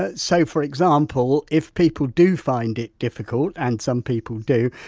ah so for example, if people do find it difficult and some people do,